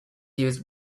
used